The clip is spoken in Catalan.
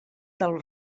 del